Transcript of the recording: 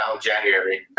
january